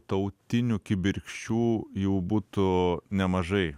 tautinių kibirkščių jau būtų nemažai